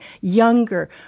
younger